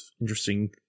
interesting